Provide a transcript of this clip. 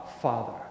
Father